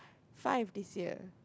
five this year